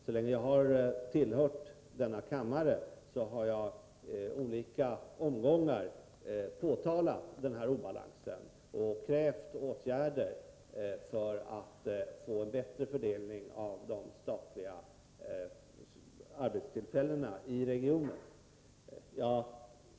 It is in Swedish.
Så länge jag tillhört den här kammaren har jag i olika omgångar påtalat denna obalans och krävt åtgärder för att få en bättre fördelning av de statliga arbetstillfällena i regionen.